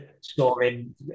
scoring